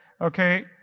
okay